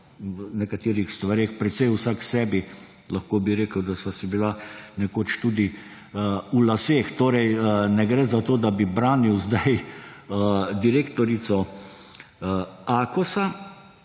v nekaterih stvareh precej vsaksebi, lahko bi rekel, da sva si bila nekoč tudi v laseh. Torej ne gre za to, da bi branil sedaj direktorico Akosa.